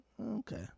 okay